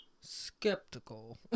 skeptical